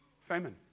famine